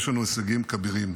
יש לנו הישגים כבירים.